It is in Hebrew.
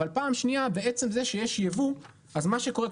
אבל פעם שנייה בעצם זה שיש יבוא אז מה שקורה,